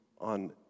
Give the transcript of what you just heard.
on